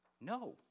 No